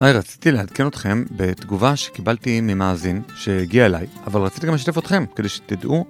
היי, רציתי לעדכןן אתכם בתגובה שקיבלתי ממאזין שהגיע אליי, אבל רציתי גם לשתף אתכם כדי שתדעו...